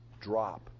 drop